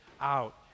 out